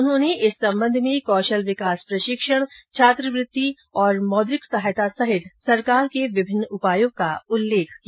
उन्होंने इस संबंध में कौशल विकास प्रशिक्षण छात्रवृत्ति और मौद्रिक सहायता सहित सरकार के विभिन्न उपायों का उल्लेख किया